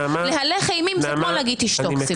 להלך אימים זה כמו להיגד תשתוק.